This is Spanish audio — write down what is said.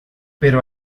pero